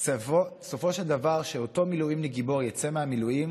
בסופו של דבר אותו מילואימניק גיבור יצא ממילואים